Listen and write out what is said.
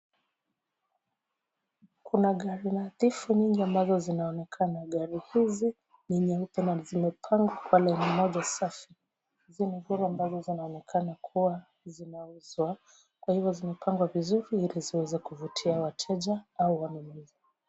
Kuna gari nadhifu nyingi ambazo zinaonekana. Gari hizi ni nyeupe na zimepangwa kwa laini moja safi. Hizi ni zile ambazo zinaonekana kuwa zinauzwa kwa hivyo zimepangwa vizuri ili ziweze kuvutia wateja au wanunuzi.